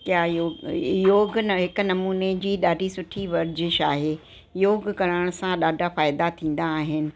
कया योग योग न हिकु नमूने जी ॾाढी सुठी वर्जिश आहे योग करण सां ॾाढा फ़ाइदा थींदा आहिनि